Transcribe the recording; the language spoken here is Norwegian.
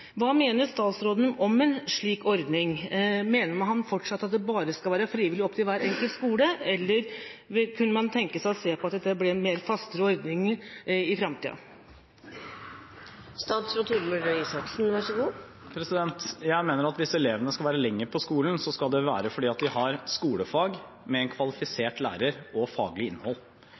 Hva mener statsråden om en slik ordning? Mener han fortsatt at det bare skal være frivillig og opp til hver enkelt skole, eller kunne man tenke seg at dette ble en mer fast ordning i framtida? Jeg mener at hvis elevene skal være lenger på skolen, skal det være fordi de har skolefag med en kvalifisert lærer og med faglig innhold.